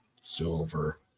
silver